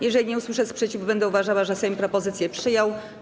Jeżeli nie usłyszę sprzeciwu, będę uważała, że Sejm propozycję przyjął.